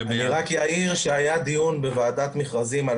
אני רק אעיר שהיה דיון בוועדת מכרזים על